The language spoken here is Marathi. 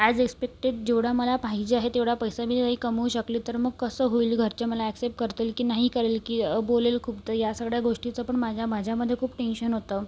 ॲज एस्पेक्टेड जेवढा मला पाहिजे आहे तेवढा पैसा मी नाही कमवू शकले तर मग कसं होईल घरचे मला ॲक्सेप् करतील की नाही करेल की बोलेल खूप तर या सगळ्या गोष्टीचा पण माझ्या माझ्यामध्ये खूप टेन्शन होतं